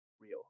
real